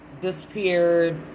disappeared